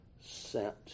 sent